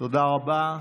תודה רבה.